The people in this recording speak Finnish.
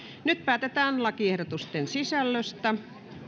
nyt päätetään lakiehdotusten sisällöstä